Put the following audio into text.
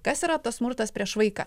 kas yra tas smurtas prieš vaiką